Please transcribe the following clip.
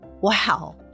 Wow